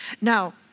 Now